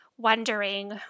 wondering